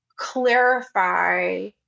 clarify